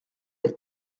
être